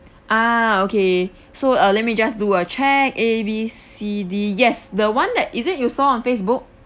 ah okay so uh let me just do a check A B C D yes the [one] that is it you saw on facebook